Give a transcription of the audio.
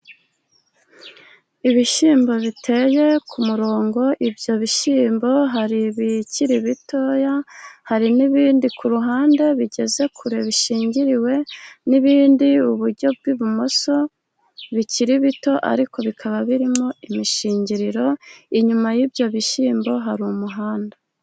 Ibishyimbo biteye ku murongo, ibyo bishyimbo hari ibikiri bitoya, hari n'ibindi ku ruhande, bigeze kure bishgiriwe, n'ibindi iburyo bw'ibumoso bikiri bito, ariko bikaba birimo imishingiriro, inyuma y'ibyo bishyimbo hari umuhanda.